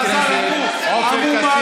חז"ל כבר אמרו,